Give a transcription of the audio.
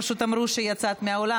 פשוט אמרו שיצאת מהאולם,